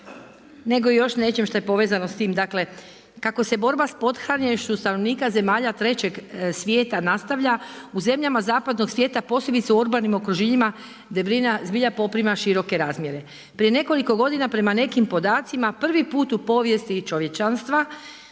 nego još nečemu što je povezano s tim. Dakle kako se borba s pothranjenošću stanovnika zemalja Trećeg svijeta nastavlja, u zemljama zapadnog svijeta posebice u urbanim okruženjima, debljina zbilja poprima široke razmjere. Prije nekoliko godina prema nekim podacima, prvi put u povijesti čovječanstva